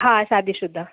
हा शादी शुदा